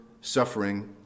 suffering